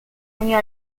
unió